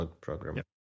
program